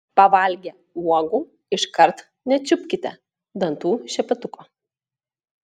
pavalgę uogų iškart nečiupkite dantų šepetuko